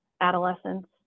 adolescents